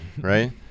right